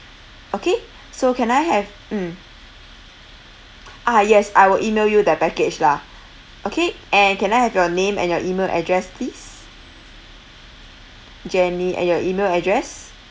okay so can I have mm ah yes I will email you the package lah okay and can I have your name and your email address please jenny and your email address